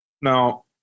Now